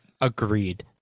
Agreed